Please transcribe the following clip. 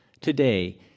Today